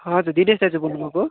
हजुर दिनेश दाजु बोल्नुभएको हो